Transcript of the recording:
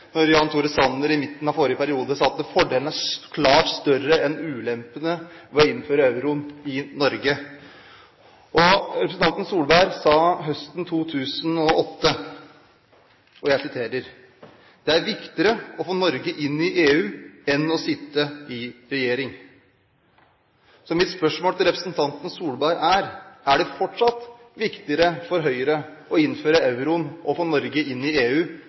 når vi ser Høyres historie. Jan Tore Sanner sa i midten av forrige periode at fordelene er klart større enn ulempene ved å innføre euroen i Norge. Og representanten Solberg sa høsten 2008 at det er «viktigere å få Norge inn i EU enn å sitte i regjering». Mitt spørsmål til representanten Solberg er: Er det fortsatt viktigere for Høyre å innføre euroen og få Norge inn i EU